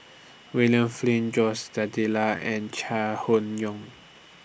William Flint Jose and Chai Hon Yoong